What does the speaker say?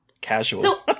Casual